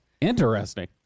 Interesting